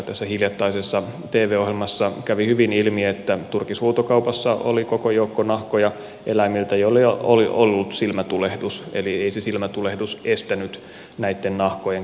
tässä hiljattaisessa tv ohjelmassa kävi hyvin ilmi että turkishuutokaupassa oli koko joukko nahkoja eläimiltä joilla oli ollut silmätulehdus eli ei se silmätulehdus estänyt näitten nahkojen käyttämistä